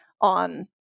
on